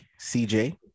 CJ